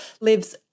lives